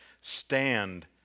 stand